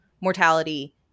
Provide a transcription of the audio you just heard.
mortality